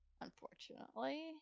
Unfortunately